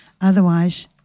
Otherwise